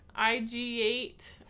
IG8